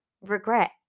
regret